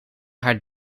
haar